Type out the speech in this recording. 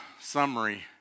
summary